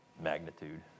magnitude